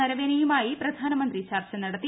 നരവനേയുമായി പ്രധാനമന്ത്രി ചർച്ച നടത്തി